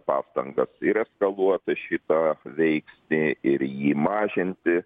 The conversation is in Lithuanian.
pastangas ir eskaluoti šitą veiksnį ir jį mažinti